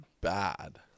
bad